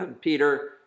Peter